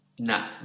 No